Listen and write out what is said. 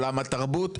עולם התרבות.